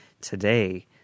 today